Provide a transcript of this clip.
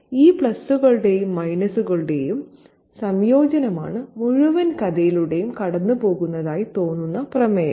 അതിനാൽ ഈ പ്ലസുകളുടെയും മൈനസുകളുടെയും സംയോജനമാണ് മുഴുവൻ കഥയിലൂടെയും കടന്നുപോകുന്നതായി തോന്നുന്ന പ്രമേയം